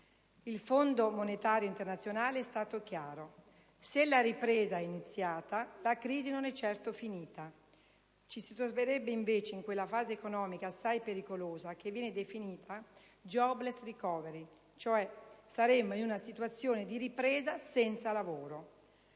Il Fondo monetario internazionale è stato chiaro: se la ripresa è iniziata, la crisi non è certo finita. Ci si troverebbe invece in quella fase economica assai pericolosa che viene definita *jobless* *recovery*. Saremmo cioè in una situazione di ripresa senza lavoro.